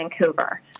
Vancouver